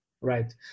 right